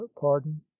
pardon